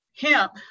hemp